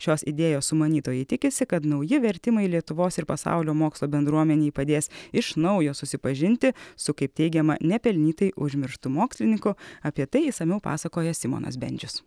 šios idėjos sumanytojai tikisi kad nauji vertimai lietuvos ir pasaulio mokslo bendruomenei padės iš naujo susipažinti su kaip teigiama nepelnytai užmirštu mokslininku apie tai išsamiau pasakoja simonas bendžius